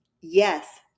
yes